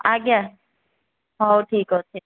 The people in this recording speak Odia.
ଆଜ୍ଞା ହଉ ଠିକ୍ ଅଛି